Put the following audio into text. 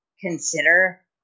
consider